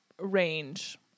range